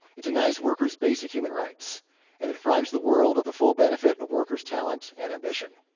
it denies workers' basic human rights. and it deprives the world of the full benefit of workers' talent and ambition.